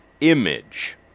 image